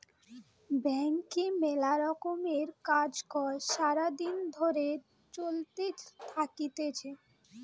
ব্যাংকে মেলা রকমের কাজ কর্ সারা দিন ধরে চলতে থাকতিছে